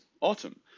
Autumn